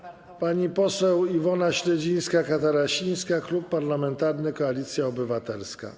Pani poseł Iwona Śledzińska-Katarasińska, Klub Parlamentarny Koalicja Obywatelska.